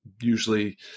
usually